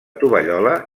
tovallola